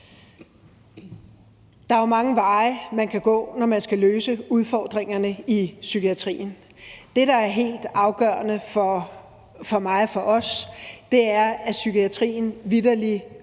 Der er jo mange veje, man kan gå, når man skal løse udfordringerne i psykiatrien. Det, der er helt afgørende for mig, for os, er, at psykiatrien vitterlig får et